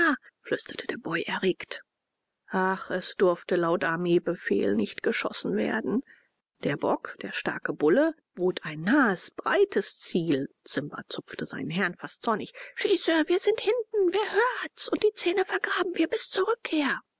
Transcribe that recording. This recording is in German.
flüsterte der boy erregt ach es durfte laut armeebefehl nicht geschossen werden der bock der starke bulle bot ein nahes breites ziel simba zupfte seinen herrn fast zornig schieße wir sind hinten wer hört's und die zähne vergraben wir bis zur rückkehr